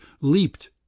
leaped